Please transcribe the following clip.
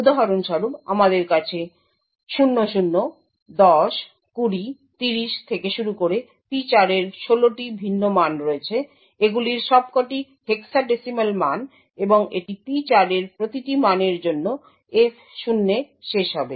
উদাহরণস্বরূপ আমাদের কাছে 00 10 20 30 থেকে শুরু করে P4 এর 16 টি ভিন্ন মান রয়েছে এগুলির সবকটি হেক্সাডেসিমেল মান এবং এটি P4 এর প্রতিটি মানের জন্য F0 এ শেষ হবে